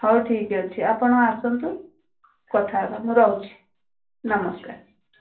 ହଉ ଠିକ୍ ଅଛି ଆପଣ ଆସନ୍ତୁ କଥା ହେବା ମୁଁ ରହୁଛି ନମସ୍କାର